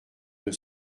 deux